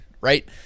right